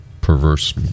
perverse